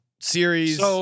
series